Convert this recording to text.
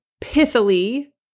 pithily